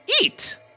eat